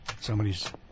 Somebody's